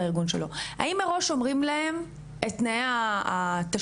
האם מראש אומרים להם את תנאי התשלום?